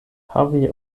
havi